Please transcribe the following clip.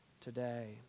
today